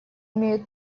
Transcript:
имеют